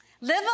Live